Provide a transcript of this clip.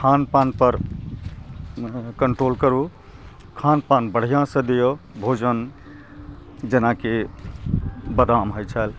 खान पान पर कंट्रोल करू खान पान बढ़िआँसँ दियौ भोजन जेनाकि बदाम होइत छै